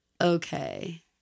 okay